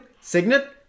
Signet